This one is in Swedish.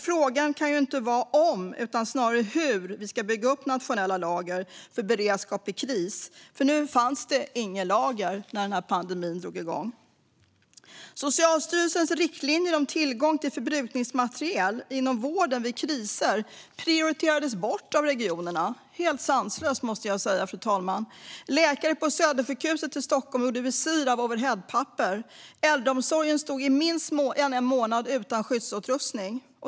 Frågan kan inte vara om utan snarare hur vi ska bygga upp nationella lager för beredskap vid kris, för när pandemin drog igång fanns inget lager. Socialstyrelsens riktlinjer om tillgång till förbrukningsmateriel inom vården vid kriser prioriterades bort av regionerna, vilket jag måste säga är helt sanslöst, fru talman. Läkare på Södersjukhuset i Stockholm gjorde visir av overheadpapper. Äldreomsorgen stod i minst en månad utan skyddsutrustning.